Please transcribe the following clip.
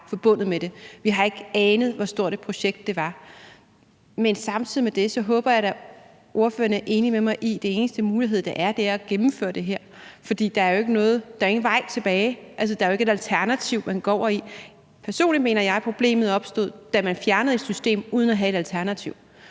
vi har ikke anet, hvor stort et projekt det var. Men samtidig håber jeg da, at ordføreren er enig med mig i, at den eneste mulighed, der er, er at gennemføre det her. For der er ikke nogen vej tilbage, altså, der er ikke et alternativ, man kan gå over til. Personligt mener jeg, at problemet opstod, da man fjernede et system uden at have et alternativ.